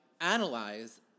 analyze